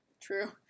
True